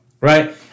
right